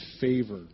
favor